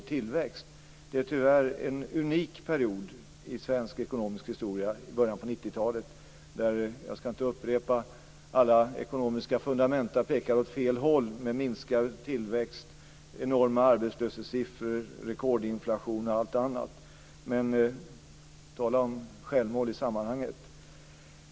Början på 90-talet är tyvärr en unik period i svensk ekonomisk historia. Jag ska inte upprepa alla ekonomiska fundamenta som pekade åt fel håll: minskad tillväxt, enorma arbetslöshetssiffror, rekordinflation och allt annat, men man kan verkligen tala om självmål i sammanhanget.